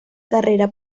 carrera